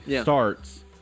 starts